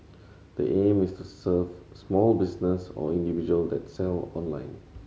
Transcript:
the aim is to serve small business or individual that sell online